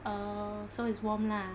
oh so it's warm lah